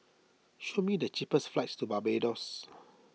show me the cheapest flights to Barbados